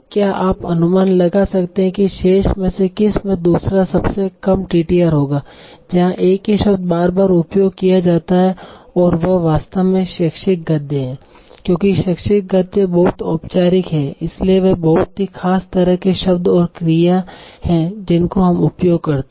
तो क्या आप अनुमान लगा सकते हैं कि शेष में से किस में दूसरा सबसे कम टीटीआर होगा जहां एक ही शब्द का बार बार उपयोग किया गया है और वह वास्तव में शैक्षिक गद्य है क्योंकि शैक्षिक गद्य बहुत औपचारिक है इसलिए वे बहुत ही खास तरह के शब्द और क्रिया हैं जिनका हम उपयोग करते हैं